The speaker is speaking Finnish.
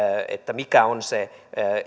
mikä on se